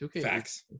Facts